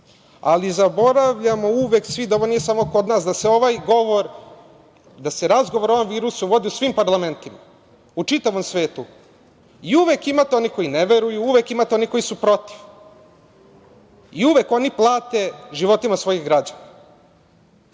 ali zaboravljamo uvek svi da ovo nije samo kod nas, da se ovaj govor, da se razgovor o ovom virusu vodi u svim parlamentima, u čitavom svetu i uvek imate one koji ne veruju, uvek imate one koji su protiv i uvek oni plate životima svojih